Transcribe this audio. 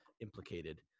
implicated